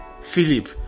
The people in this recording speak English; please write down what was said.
Philip